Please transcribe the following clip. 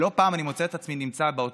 שלא פעם אני מוצא את עצמי נמצא בעוטף